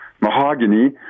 mahogany